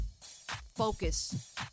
focus